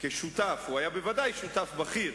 כשותף הוא היה בוודאי שותף בכיר,